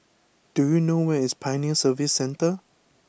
do you know where is Pioneer Service Centre